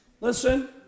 Listen